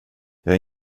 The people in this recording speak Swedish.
jag